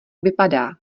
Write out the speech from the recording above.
vypadá